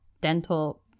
dental